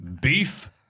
Beef